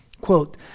Quote